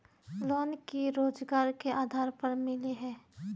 Loan की रोजगार के आधार पर मिले है?